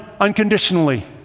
unconditionally